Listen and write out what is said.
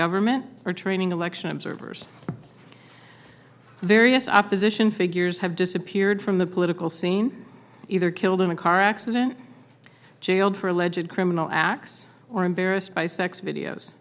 government or training election observers various opposition figures have disappeared from the political scene either killed in a car accident jailed for alleged criminal acts or embarrassed by sex videos